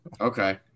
Okay